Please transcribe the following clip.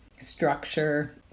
structure